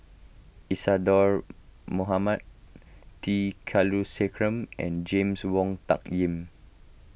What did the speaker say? Isadhora Mohamed T Kulasekaram and James Wong Tuck Yim